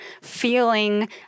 feeling